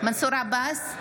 מנסור עבאס,